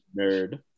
nerd